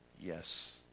Yes